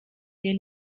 der